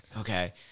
Okay